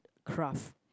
craft